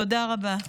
תודה רבה.